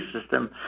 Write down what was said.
system